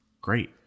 great